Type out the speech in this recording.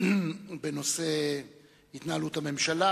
בנושא התנהלות הממשלה,